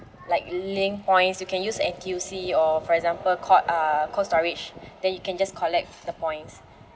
like link points you can use N_T_U_C or for example cot~ uh Cold Storage then you can just collect the points